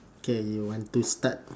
okay you want to start